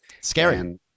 Scary